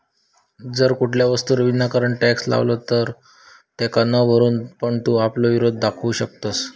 जर कुठल्या वस्तूवर विनाकारण टॅक्स लावलो असात तर तेका न भरून पण तू आपलो विरोध दाखवू शकतंस